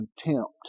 contempt